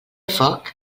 foc